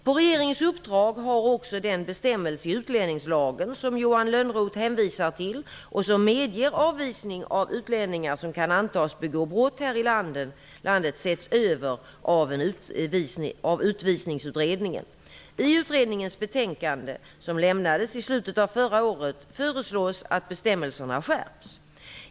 På regeringens uppdrag har också den bestämmelse i utlänningslagen som Johan Lönnroth hänvisar till och som medger avvisning av utlänningar som kan antas begå brott här i landet setts över av Utvisningsutredningen. I utredningens betänkande, som lämnades i slutet av förra året, föreslås att bestämmelserna skärps.